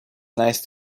nice